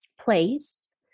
place